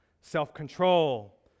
self-control